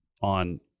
on